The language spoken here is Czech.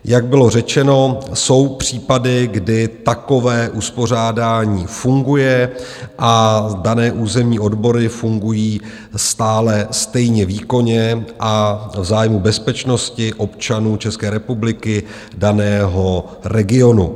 Jak bylo řečeno, jsou případy, kdy takové uspořádání funguje, a dané územní odbory fungují stále stejně výkonně a v zájmu bezpečnosti občanů České republiky daného regionu.